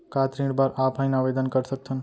का ऋण बर ऑफलाइन आवेदन कर सकथन?